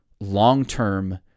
long-term